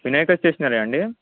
వినాయక స్టేషనరీయా అండి